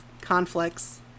conflicts